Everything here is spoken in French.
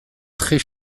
très